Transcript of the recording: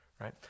right